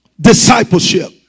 discipleship